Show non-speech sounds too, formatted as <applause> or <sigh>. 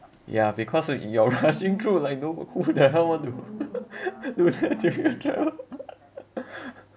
ya because when you're rushing through <laughs> like no who the hell want to <laughs> do the <laughs> with travel <laughs>